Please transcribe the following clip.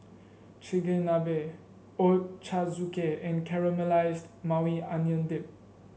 Chigenabe Ochazuke and Caramelized Maui Onion Dip